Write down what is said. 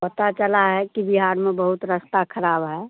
पता चला है कि बिहार में बहुत रास्ता खराब है